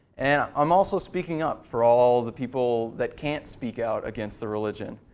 and i'm also speaking up for all of the people that can't speak out against the religion.